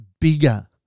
bigger